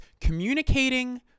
communicating